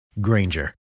Granger